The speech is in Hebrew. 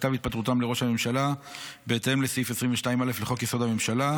כתב התפטרותם לראש הממשלה בהתאם לסעיף 22(א) לחוק-יסוד: הממשלה.